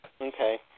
Okay